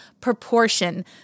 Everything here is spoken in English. proportion